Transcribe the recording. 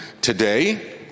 today